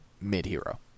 mid-hero